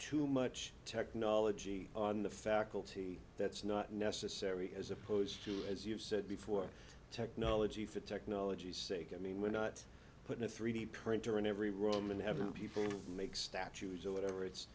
too much technology on the faculty that's not necessary as opposed to as you said before technology for technology's sake i mean we're not putting a three d printer in every room and having people make statues or whatever it's